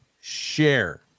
share